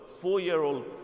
Four-year-old